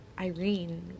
Irene